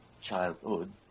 childhood